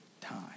time